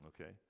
Okay